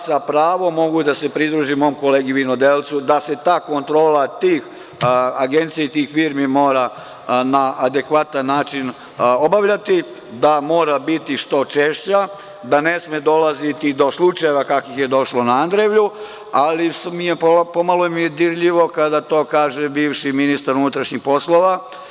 Sa pravom mogu da se pridružim mom kolegi vinodelcu da se ta kontrola tih agencija i tih firmi mora na adekvatan način obavljati, da mora biti što češća, da ne sme dolaziti do slučajeva do kakvih je došlo na Andrevlju, ali pomalo mi je dirljivo kada to kaže bivši ministar unutrašnjih poslova.